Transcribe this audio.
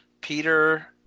Peter